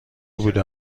بوده